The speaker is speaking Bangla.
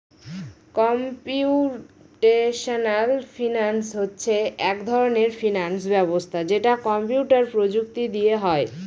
কম্পিউটেশনাল ফিনান্স হচ্ছে এক ধরনের ফিনান্স ব্যবস্থা যেটা কম্পিউটার প্রযুক্তি দিয়ে হয়